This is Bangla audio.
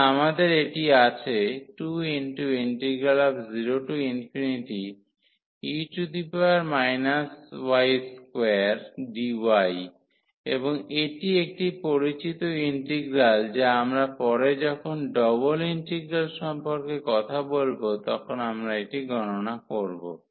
তাহলে আমাদের এটি আছে 20e y2dy এবং এটি একটি পরিচিত ইন্টিগ্রাল যা আমরা পরে যখন ডাবল ইন্টিগ্রাল সম্পর্কে কথা বলব তখন আমরা এটি গণনা করব